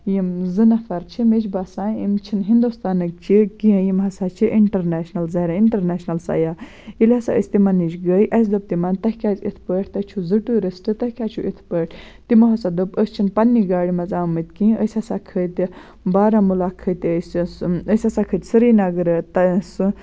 یِم زٕ نفر چھِ مےٚ چھِ باسان یِم چھِنہٕ ہِندوستانٕکۍ چھِ کینٛہہ یِم ہَسا چھِ اِںٹَرنیشنَل زٔہریٛاہ اِنٹَرنیشنَل سیاح ییٚلہِ ہَسا أسۍ تِمَن نِش گٔے اَسہِ دوٚپ تِمَن تُہۍ کیٛازِ اِتھ پٲٹھۍ تُہۍ چھُو زٕ ٹوٗرِسٹہٕ تُہۍ کیٛازِ چھُو اِتھ پٲٹھۍ تِمو ہَسا دوٚپ أسۍ چھِنہٕ پنٛنہِ گاڑِ منٛز آمٕتۍ کِہیٖںۍ أسۍ ہَسا کھٔتہِ بارہمولہ کھٔتۍ أسۍ یُس أسۍ ہَسا کھٔتۍ سرینگرٕ تہٕ سُہ